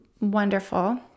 wonderful